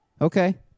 Okay